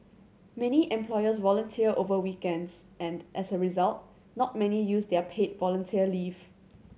many employees volunteer over weekends and as a result not many use their paid volunteer leave